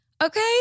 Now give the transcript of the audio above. Okay